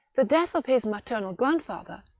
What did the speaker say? the death of his maternal grandfather,